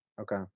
Okay